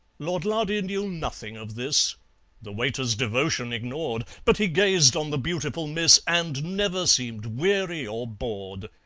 lord lardy knew nothing of this the waiter's devotion ignored, but he gazed on the beautiful miss, and never seemed weary or bored.